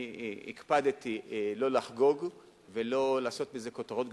אני הקפדתי לא לחגוג ולא לעשות מזה כותרות גדולות,